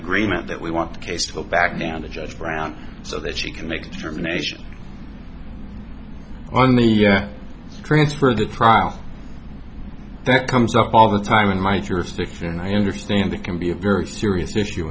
agreement that we want the case to go back down to judge brown so that she can make a determination on me or transfer the trial that comes up all the time in my jurisdiction and i understand that can be a very serious issue